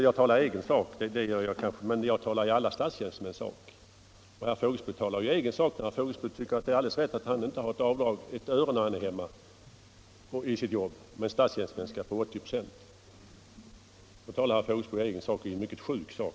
Jag talar kanske i egen sak, men jag talar också i alla statstjänstemäns sak. Och herr Fågelsbo talar i egen sak när han tycker att det är alldeles rätt att han inte har ett öres avdrag i sitt jobb, medan statstjänstemän skall ha 80 96 — och det är dessutom en mycket sjuk sak.